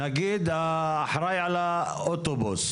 להיות נתונים בתוך משמורת ולנהל את ההליכים בתוך המשמורת,